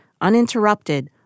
uninterrupted